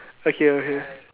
okay okay